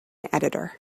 editor